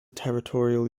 territorial